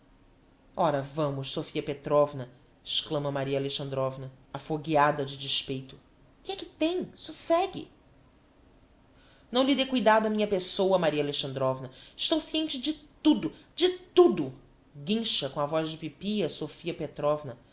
ora vamos sofia petrovna exclama maria alexandrovna afogueada de despeito que é que tem socegue não lhe dê cuidado a minha pessoa maria alexandrovna estou sciente de tudo de tudo guincha com a voz de pipia a sofia petrovna